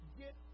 get